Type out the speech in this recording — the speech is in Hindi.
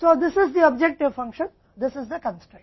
तो यह ऑब्जेक्टिव फंक्शन है यही बाधा है